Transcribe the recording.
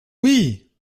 oui